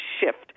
shift